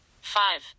five